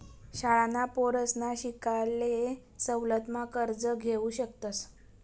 शाळांना पोरसना शिकाले सवलत मा कर्ज घेवू शकतस